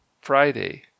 Friday